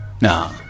No